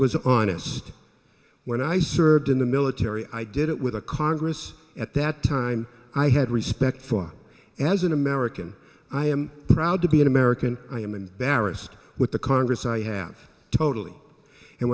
was honest when i served in the military i did it with the congress at that time i had respect for as an american i am proud to be an american i am embarrassed with the congress i have totally and